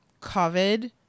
COVID